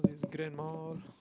grandma